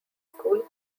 school